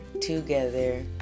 together